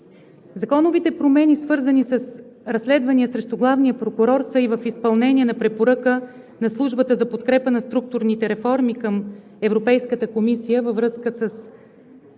Законовите промени, свързани с разследвания срещу главния прокурор, са в изпълнение на препоръка на Службата за подкрепа на структурните реформи към Европейската комисия във връзка с